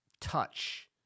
touch